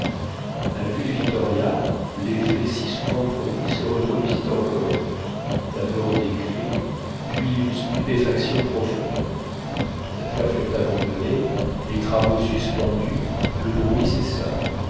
a la vue du victoria l'effet si souvent produit se reproduisit encore d'abord des cris puis une stupéfaction profonde les affaires furent abandonnées les travaux suspendus le bruit cessa